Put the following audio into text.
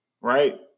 right